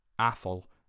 Athol